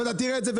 ואתה תראה את זה,